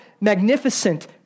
magnificent